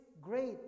great